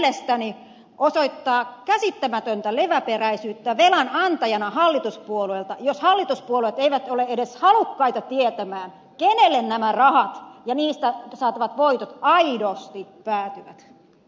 mielestäni osoittaa käsittämätöntä leväperäisyyttä velanantajana hallituspuolueilta jos hallituspuolueet eivät ole edes halukkaita tietämään kenelle nämä rahat ja niistä saatavat voitot aidosti päätyvät